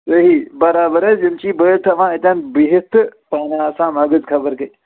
صحیح برار حظ یِم چھی بٔلۍ تھاوان اَتٮ۪ن بِہِتھ تہٕ پانہٕ آسان مَگٕز خَبر کَتہِ